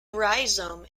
rhizome